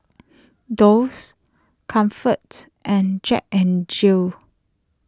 Doux Comfort and Jack N Jill